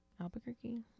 Albuquerque